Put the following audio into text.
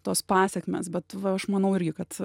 tos pasekmės bet va aš manau kad